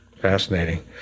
Fascinating